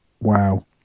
Wow